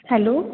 hello